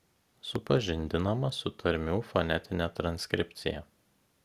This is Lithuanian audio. supažindinama su tarmių fonetine transkripcija